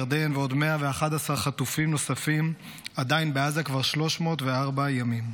ירדן ו-111 חטופים נוספים עדיין בעזה כבר 304 ימים.